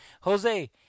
Jose